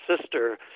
sister